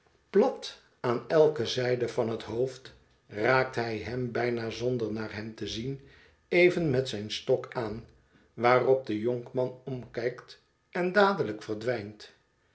plat aan elke zijde van het hoofd raakt hij hem bijna zonder naar hem te zien even met zijn stok aan waarop de jonkman omkijkt en dadelijk verdwijnt